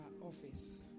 office